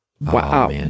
Wow